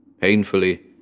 Painfully